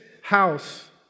house